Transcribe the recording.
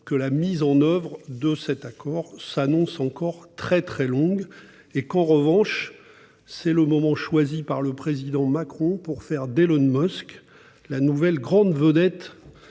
mais la mise en oeuvre de cet accord s'annonce encore très longue. En revanche, c'est aussi le moment choisi par le président Macron pour faire d'Elon Musk la nouvelle grande vedette